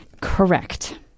Correct